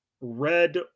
red